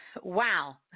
Wow